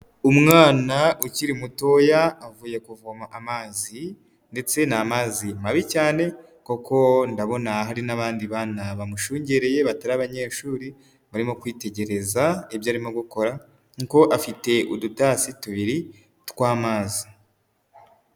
Umwana ukiri mutoya avuye kuvoma amazi ndetse ni amazi mabi cyane, kuko ndabona hari n'abandi bantu bamushungereye batari abanyeshuri, barimo kwitegereza ibyo arimo gukora kuko afite udutasi tubiri tw'amazi.